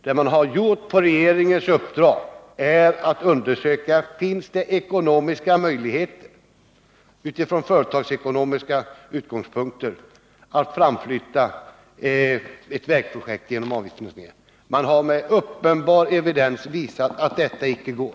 Vad vägverket på regeringens uppdrag gjort är att man undersökt om det finns företagsekonomiska möjligheter att tidigarelägga ett vägprojekt genom avgiftsfinansiering, och man har till full evidens visat att detta inte går.